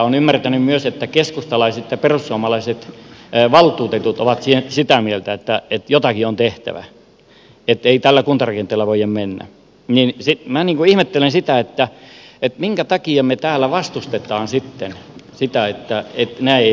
olen ymmärtänyt myös että keskustalaiset ja perussuomalaiset valtuutetut ovat sitä mieltä että jotakin on tehtävä että ei tällä kuntarakenteella voida mennä ja minä ihmettelen sitä että minkä takia me täällä vastustamme sitten sitä että näin ei voida edetä